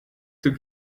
took